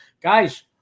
Guys